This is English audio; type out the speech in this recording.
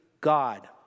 God